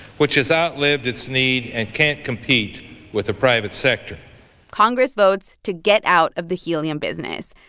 which has outlived its need and can't compete with the private sector congress votes to get out of the helium business.